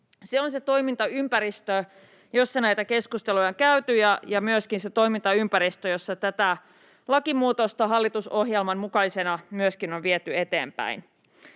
Se on se toimintaympäristö, jossa näitä keskusteluja on käyty, ja myöskin se toimintaympäristö, jossa tätä lakimuutosta hallitusohjelman mukaisena on viety eteenpäin.